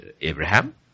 Abraham